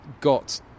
got